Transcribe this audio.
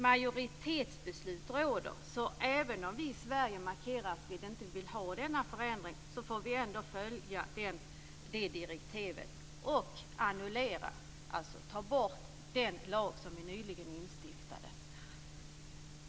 Majoritetsbeslut råder, så även om vi i Sverige markerar att vi inte vill ha denna förändring får vi ändå följa detta direktiv och annulera, alltså ta bort, den lag som vi nyligen instiftade.